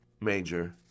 major